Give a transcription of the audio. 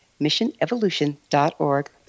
missionevolution.org